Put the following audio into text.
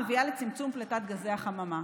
מביאה לצמצום פליטת גזי החממה.